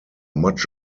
much